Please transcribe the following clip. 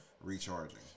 recharging